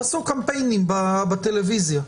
תעשו קמפיינים בטלוויזיה,